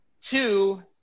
Two